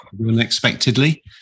unexpectedly